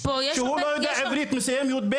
אבל אם הוא לא יודע עברית כשהוא מסיים את י"ב,